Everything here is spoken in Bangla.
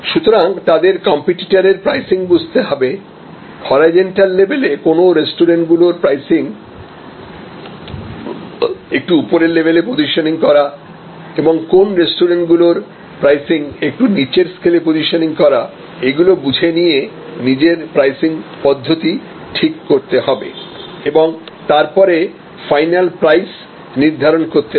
সুতরাং তাদেরকে কম্পিটিটারের প্রাইসিং বুঝতে হবে হরাইজন্টাল লেভেলে কোন রেস্টুরেন্টগুলোর প্রাইসিং একটু উপরের লেভেলে পজিশনিং করা এবং কোন রেস্টুরেন্ট গুলোর প্রাইসিং একটু নিচের স্কেলে পজিশনিং করা এগুলো বুঝে নিয়ে নিজের প্রাইসিং পদ্ধতি ঠিক করতে হবে এবং তারপরে ফাইনাল প্রাইস নির্ধারণ করতে হবে